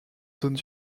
zones